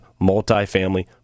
multifamily